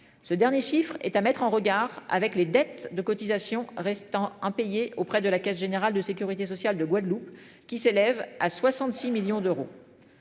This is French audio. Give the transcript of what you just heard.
Ce dernier chiffre est à mettre en regard avec les dettes de cotisation restant impayés auprès de la Caisse Générale de Sécurité sociale de Guadeloupe qui s'élève à 66 millions d'euros.